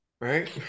right